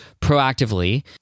proactively